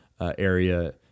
area